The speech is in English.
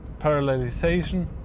parallelization